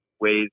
ways